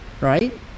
right